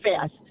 fast